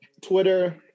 Twitter